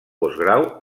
postgrau